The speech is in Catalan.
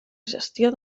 gestió